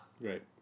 Right